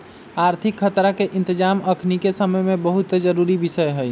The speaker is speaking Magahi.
आर्थिक खतरा के इतजाम अखनीके समय में बहुते जरूरी विषय हइ